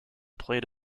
played